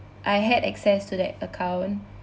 I had access to that account